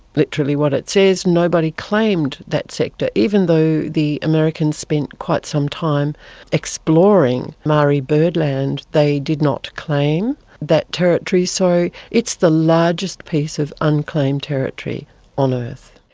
literally what it says, nobody claimed that sector, even though the americans spent quite some time exploring marie byrd land, they did not claim that territory. so it's the largest piece of unclaimed territory on earth.